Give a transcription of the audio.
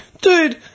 dude